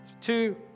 Two